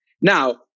Now